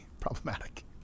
problematic